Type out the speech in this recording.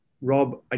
Rob